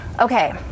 Okay